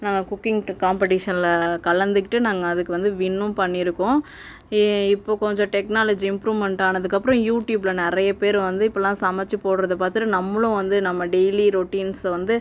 நாங்கள் குக்கிங் டு காம்பிடிஷனில் கலந்துக்கிட்டு நாங்கள் அதுக்கு வந்து வின்னும் பண்ணியிருக்கோம் ஏ இப்போது கொஞ்சம் டெக்னாலஜி இம்ப்ரூவ்மண்ட் ஆனதுக்கு அப்புறம் யூடியூபில் நிறைய பேர் வந்து இப்போலாம் சமைத்து போடுகிறத பார்த்துட்டு நம்மளும் வந்து நம்ம டெய்லி ரொட்டின்ஸை வந்து